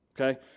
Okay